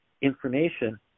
information